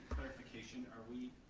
clarification, are